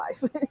life